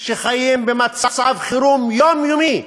שחיים במצב חירום יומיומי,